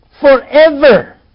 forever